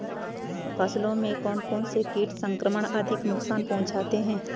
फसलों में कौन कौन से कीट संक्रमण अधिक नुकसान पहुंचाते हैं?